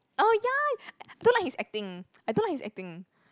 oh ya don't like his acting I don't like his acting